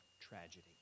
tragedy